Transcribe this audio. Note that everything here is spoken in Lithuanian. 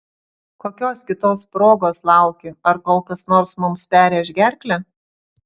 kokios kitos progos lauki ar kol kas nors mums perrėš gerklę